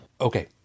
okay